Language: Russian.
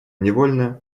невольно